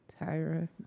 Tyra